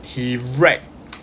he wrecked